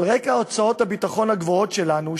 על רקע הוצאות הביטחון הגבוהות שלנו,